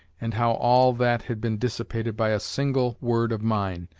and how all that had been dissipated by a single word of mine,